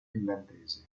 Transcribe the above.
finlandese